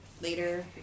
later